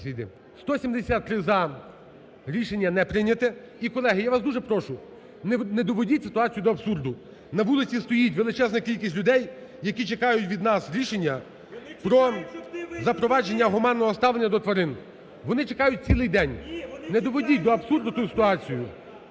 За-173 Рішення не прийняте. І, колеги, я вас дуже прошу, не доведіть ситуацію до абсурду, на вулиці стоїть величезна кількість людей, які чекають від нас рішення про запровадження гуманного ставлення до тварин, вони чекають цілий день, не доведіть до абсурду цю ситуацію.